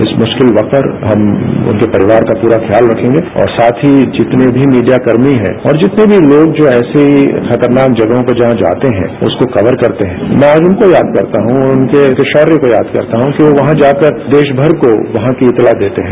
इस मुश्किल वक्त पर हम उनके परिवार का पूरा ख्याल रखेंगे और साथ ही जितने भी मीडियाकर्मी हैं और जितने भी लोग जो ऐसी खतरनाक जगहों पे जहां जाते हैं उसको कवर करते हैं मैं आज उनको याद करता हूं और उनके शौर्य को याद करता हूं कि वो वहां जाकर देशभर को वहां की इतला देते हैं